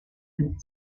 dem